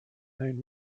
own